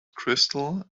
crystal